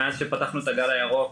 מאז שפתחנו את הגל הירוק,